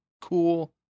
cool